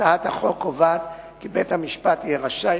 הצעת החוק קובעת כי בית-המשפט יהיה רשאי